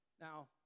Now